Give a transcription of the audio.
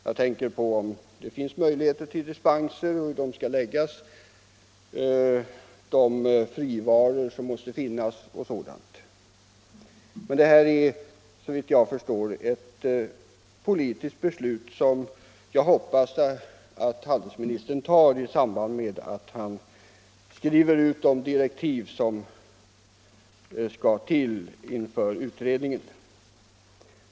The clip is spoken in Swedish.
möjligheterna att lämna dispenser och hur de i så fall skall läggas, de frivaror som måste finnas och sådant. Men såvitt jag förstår är det ett politiskt beslut som här skall till, och jag hoppas att handelsministern tar hänsyn till det när han skriver utredningens direktiv. Herr talman!